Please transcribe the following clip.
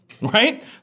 Right